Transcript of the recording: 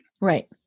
Right